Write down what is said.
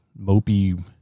mopey